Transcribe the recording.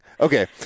Okay